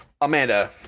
Amanda